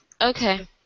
Okay